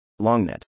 LongNet